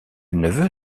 neveu